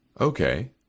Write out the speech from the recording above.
Okay